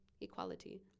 equality